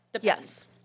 Yes